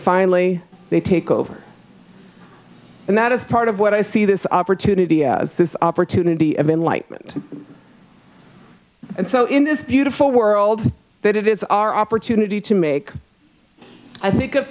finally they take over and that is part of what i see this opportunity as this opportunity of enlightment and so in this beautiful world that it is our opportunity to make i think of